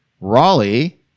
Raleigh